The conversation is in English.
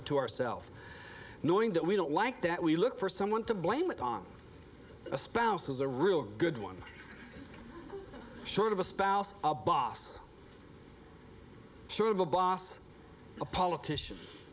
it to ourself knowing that we don't like that we look for someone to blame it on a spouse is a really good one short of a spouse a boss sort of a boss a politician